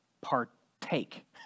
partake